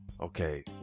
Okay